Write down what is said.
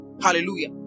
Hallelujah